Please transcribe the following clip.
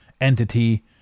entity